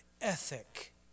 ethic